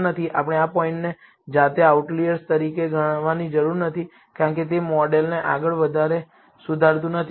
આપણે આ પોઇન્ટને જાતે આઉટલિઅર તરીકે ગણવાની જરૂર નથી કારણ કે તે મોડેલને આગળ વધારે સુધારતું નથી